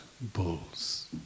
bulls